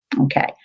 okay